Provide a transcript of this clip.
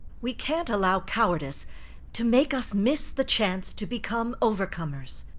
we can't allow cowardice to make us miss the chance to become overcomers.